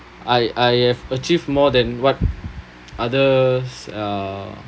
I I have achieved more than what others uh